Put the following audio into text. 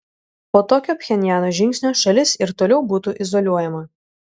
po tokio pchenjano žingsnio šalis ir toliau būtų izoliuojama